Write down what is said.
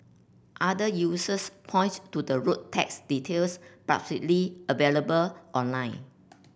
other users point to the road tax details available online